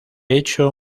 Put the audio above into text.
hecho